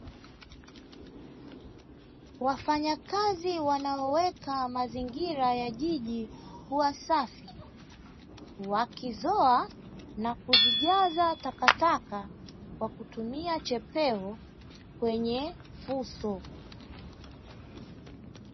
Wafanyakazi wanaoweka mazingira ya jiji kuwa safi, wakizoa na kuzijaza takataka kwa kutumia chepeo kwenye fuso.